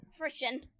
Christian